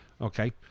Okay